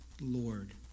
Lord